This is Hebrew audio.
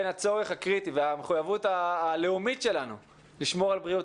בין הצורך הקריטי והמחויבות הלאומית שלנו לשמור על בריאות